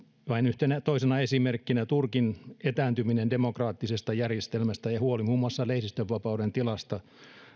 vain yhtenä toisena esimerkkinä turkin etääntyminen demokraattisesta järjestelmästä ja huoli muun muassa lehdistönvapauden tilasta